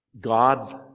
God